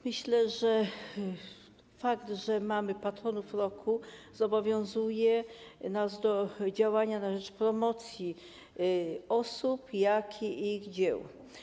Myślę, że fakt, że mamy patronów roku, zobowiązuje nas do działania na rzecz promocji osób, jak i ich dzieł.